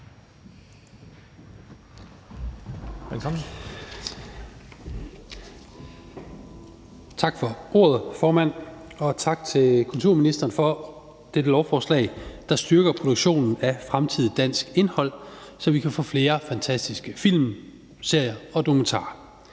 Tak for ordet, formand, og tak til kulturministeren for dette lovforslag, der styrker produktionen af fremtidigt dansk indhold, så vi kan få flere fantastiske film, serier og dokumentarer.